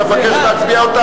אתה מבקש להצביע?